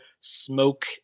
smoke